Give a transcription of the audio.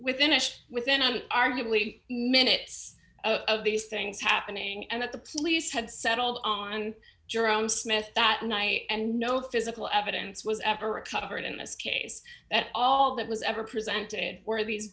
within ish within an arguably minutes of these things happening and that the police had settled on and durham smith that night and no physical evidence was ever recovered in this case that all that was ever presented were these